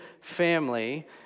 family